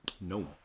no